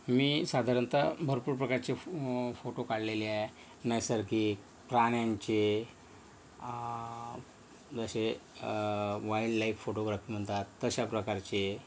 मी साधारणतः भरपूर प्रकारचे फो फोटो काढलेले आहे नैसर्गिक प्राण्यांचे जसे वाईल्डलाईफ फोटोग्राफ म्हणतात तशा प्रकारचे